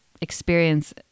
experience